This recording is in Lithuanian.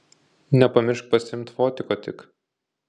nepamiršk pasiimt fotiko tik